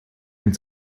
den